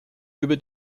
über